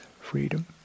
freedom